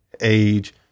age